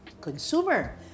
Consumer